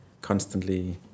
constantly